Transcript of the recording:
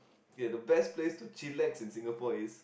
okay the best place to chillax in Singapore is